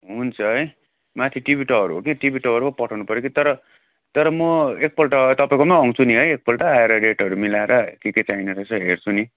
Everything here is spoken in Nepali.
हुन्छ है माथि टिभी टावर हो कि टिभी टावरमा पठाउनु पऱ्यो कि तर तर म एकपल्ट तपाईँकोमा आउँछु नि है एकपल्ट आएर रेटहरू मिलाएर के के चाहिने रहेछ हेर्छु नि